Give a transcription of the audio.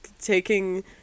taking